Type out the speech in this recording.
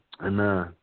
Amen